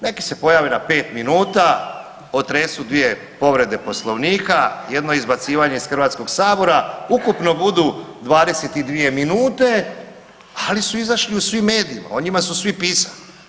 Neki se pojave na 5 minuta, otresu dvije povrede Poslovnika, jedno izbacivanje iz HS, ukupno budu 22 minute, ali su izašli u svim medijima, o njima su svi pisali.